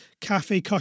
cafe